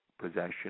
possession